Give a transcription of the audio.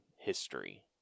history